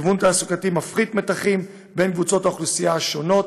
גיוון תעסוקתי מפחית מתחים בין קבוצות האוכלוסייה השונות.